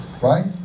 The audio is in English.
right